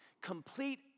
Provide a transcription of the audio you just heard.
Complete